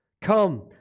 Come